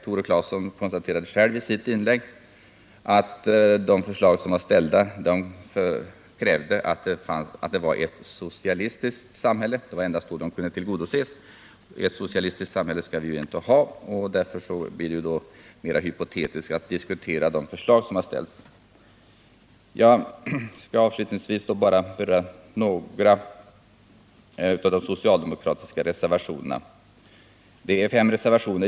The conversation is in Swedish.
Tore Claeson konstaterade själv i sitt inlägg här att vpk:s förslag förutsätter ett socialistiskt samhälle — endast i ett sådant samhälle skulle förslagen kunna genomföras. Ett socialistiskt samhälle skall vi ju inte ha, och därför blir en diskussion om vpk:s förslag mer hypotetisk. Avslutningsvis skall jag kortfattat beröra några av de socialdemokratiska reservationerna. I spekulationsavsnittet har socialdemokraterna fem reservationer.